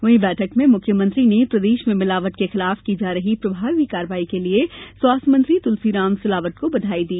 वहीं बैठक में मुख्यमंत्री ने प्रदेश में मिलावट के विरुद्ध की जा रही प्रभावी कार्रवाई के लिए स्वास्थ्य मंत्री तुलसीराम सिलावट को बधाई दी